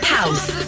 House